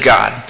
God